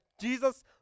Jesus